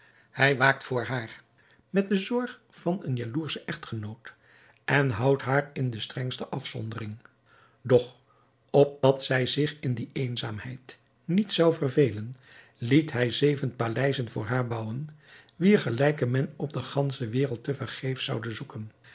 hij waakt voor haar met de zorg van een jaloerschen echtgenoot en houdt haar in de strengste afzondering doch opdat zij zich in die eenzaamheid niet zou vervelen liet hij zeven paleizen voor haar bouwen wier gelijken men op de gansche wereld te vergeefs zoude zoeken